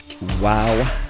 Wow